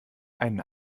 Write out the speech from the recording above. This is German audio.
einen